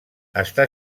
està